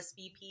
rsvp